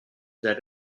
that